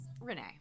Renee